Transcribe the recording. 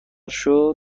شد، به